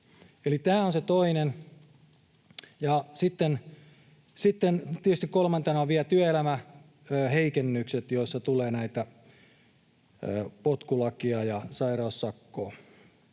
sitten tietysti kolmantena on vielä työelämän heikennykset, joissa tulee potkulakia ja sairaussakkoa